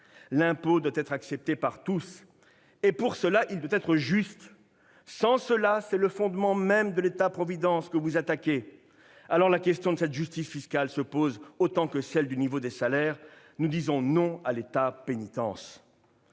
L'impôt doit être accepté par tous, et pour cela il doit être juste. Sans cela, c'est le fondement même de l'État-providence que vous attaquez. Alors, la question de la justice fiscale se pose autant que celle du niveau des salaires. Nous disons « non » à l'État-pénitence